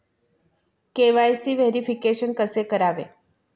KYC verification कसे करावे?